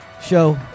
show